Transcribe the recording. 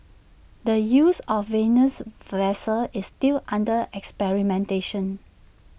the use of the Venus vessel is still under experimentation